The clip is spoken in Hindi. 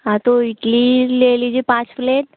हाँ तो इडली ले लीजिए पाँच प्लेट